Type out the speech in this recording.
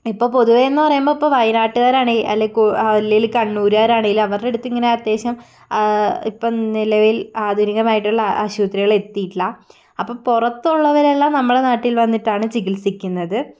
ഇപ്പോൾ പൊതുവെയെന്നു പറയുമ്പോൾ ഇപ്പോൾ വയനാട്ടുകാരാണെങ്കിൽ അല്ലേ അല്ലേല് കണ്ണൂരുകാരാണെങ്കിൽ അവരുടെ അടുത്ത് ഇങ്ങനെ അത്യാവശ്യം ഇപ്പം നിലവിൽ ആധൂനികമായിട്ടുള്ള ആശുപത്രികൾ എത്തിയിട്ടില്ല അപ്പോൾ പുറത്തുള്ളവരെല്ലാം നമ്മളുടെ നാട്ടിൽ വന്നിട്ടാണ് ചികിത്സിക്കുന്നത്